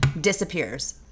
disappears